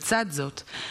לצד זאת,